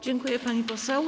Dziękuję, pani poseł.